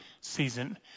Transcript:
season